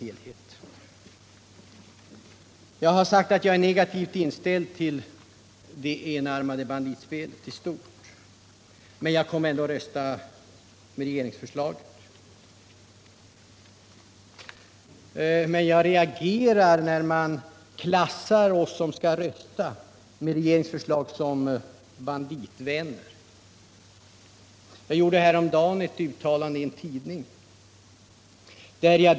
Jag har sagt att jag i stort är negativt inställd till spelet med enarmade banditer, men jag kommer ändå att rösta på regeringsförslaget. Däremot reagerar jag när man klassar oss som ämnar rösta på regeringsförslaget som banditvänner. Häromdagen gjorde jag ett uttalande i en tidning.